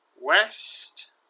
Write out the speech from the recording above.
West